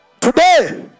today